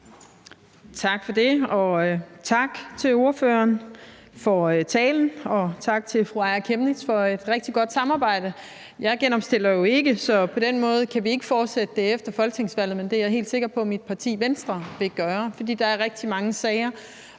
Tak for det, og tak til ordføreren for talen og for et rigtig godt samarbejde. Jeg genopstiller jo ikke, så derfor kan vi ikke fortsætte det efter folketingsvalget, men jeg er helt sikker på, at mit parti, Venstre, vil gøre det, for der er rigtig mange sager,